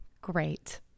Great